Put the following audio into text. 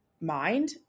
mind